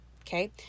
Okay